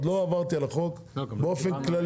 עוד לא עברתי על החוק ואני אומר באופן כללי.